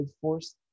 force